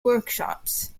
workshops